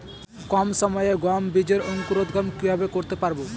কম সময়ে গম বীজের অঙ্কুরোদগম কিভাবে করতে পারব?